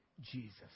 Jesus